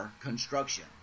Construction